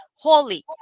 holy